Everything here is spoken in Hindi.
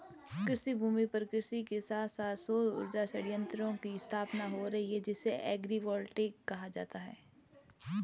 कृषिभूमि पर कृषि के साथ साथ सौर उर्जा संयंत्रों की स्थापना हो रही है जिसे एग्रिवोल्टिक कहा जाता है